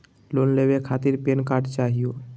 Loan लेवे खातीर PAN card चाहियो?